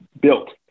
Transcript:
built